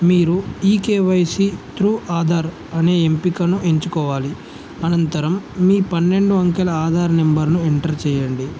మీరు ఈ KYC through Aadhaar అనే ఎంపికను ఎంచుకోవాలి అనంతరం మీ పన్నెండు అంకెల ఆధార్ నంబర్ను ఎంటర్ చేయండి